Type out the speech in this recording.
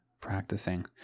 practicing